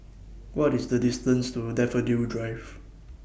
What IS The distance to Daffodil Drive